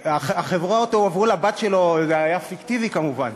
החברות הועברו לבת שלו, זה היה פיקטיבי, כמובן.